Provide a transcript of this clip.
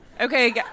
Okay